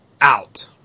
Out